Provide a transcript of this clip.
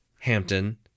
Hampton